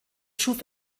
schuf